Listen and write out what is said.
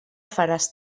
faràs